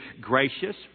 gracious